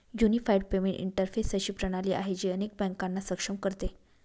unified payment interface अशी प्रणाली आहे, जी अनेक बँकांना सक्षम करते